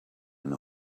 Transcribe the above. know